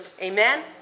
Amen